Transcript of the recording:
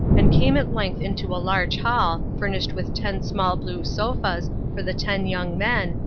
and came at length into a large hall, furnished with ten small blue sofas for the ten young men,